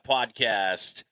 Podcast